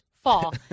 fall